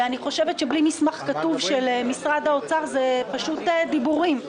ובלי מסמך כתוב של משרד האוצר זה פשוט דיבורים.